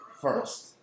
first